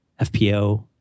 FPO